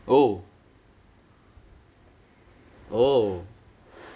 oh oh